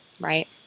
right